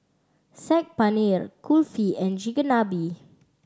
Saag Paneer Kulfi and Chigenabe